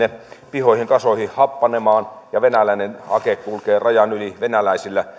pihoihin kasoihin happanemaan ja venäläinen hake kulkee rajan yli venäläisten